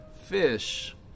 Fish